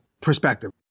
perspective